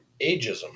ageism